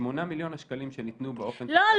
8 מיליון השקלים שניתנו באופן -- לא,